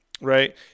Right